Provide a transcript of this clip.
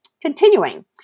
Continuing